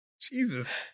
Jesus